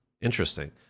Interesting